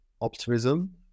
optimism